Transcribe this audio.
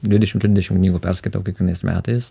dvidešim trisdešim knygų perskaitau kiekvienais metais